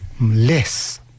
less